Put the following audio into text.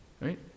right